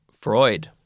Freud